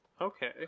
okay